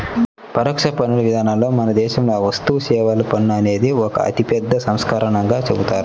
పరోక్ష పన్నుల విధానంలో మన దేశంలో వస్తుసేవల పన్ను అనేది ఒక అతిపెద్ద సంస్కరణగా చెబుతారు